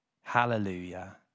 Hallelujah